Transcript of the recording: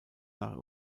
nach